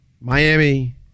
Miami